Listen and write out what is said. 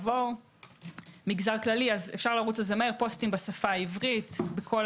מגזר כללי פוסטים בשפה העברית בכל